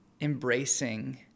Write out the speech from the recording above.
embracing